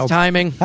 timing